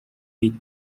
with